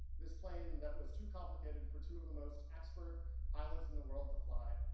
this plane that was too complicated for two of the most expert pilots in the world to fly,